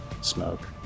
Smoke